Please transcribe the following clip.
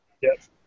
Yes